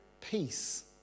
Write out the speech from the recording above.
peace